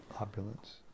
opulence